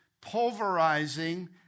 pulverizing